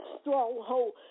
stronghold